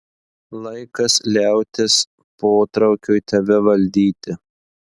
laikas liautis potraukiui tave valdyti